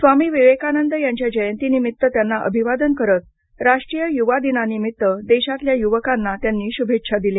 स्वामी विवेकानंद यांच्या जयंती निमित्त त्यांना अभिवादन करत राष्ट्रीय युवा दिनानिमित्त देशातल्या युवकांना त्यांनी शुभेच्छा दिल्या